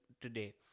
today